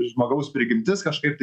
žmogaus prigimtis kažkaip tai